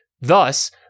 Thus